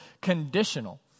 conditional